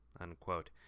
unquote